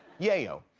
yayo.